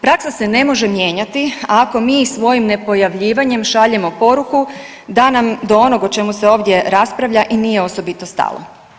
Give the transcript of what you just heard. Praksa se ne može mijenjati ako mi svojim nepojavljivanjem šaljemo poruku da nam do onog o čemu se ovdje raspravlja i nije osobito stalo.